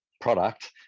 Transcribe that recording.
product